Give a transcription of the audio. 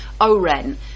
Oren